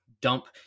dump